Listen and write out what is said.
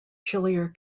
chillier